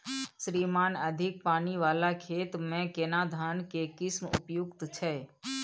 श्रीमान अधिक पानी वाला खेत में केना धान के किस्म उपयुक्त छैय?